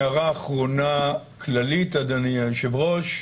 הערה אחרונה כללית, אדוני היושב-ראש,